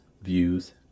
views